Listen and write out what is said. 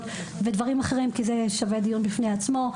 ודברים אחרים כי זה שווה דיון בפני עצמו.